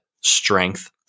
strength